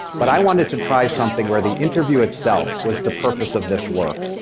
but i wanted to try something where the interview itself was the purpose of this work,